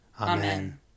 Amen